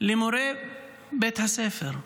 למורי בית הספר.